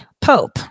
Pope